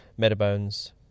Metabones